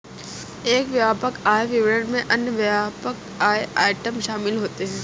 एक व्यापक आय विवरण में अन्य व्यापक आय आइटम शामिल होते हैं